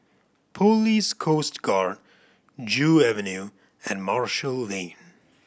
Police Coast Guard Joo Avenue and Marshall Lane